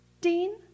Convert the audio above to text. Dean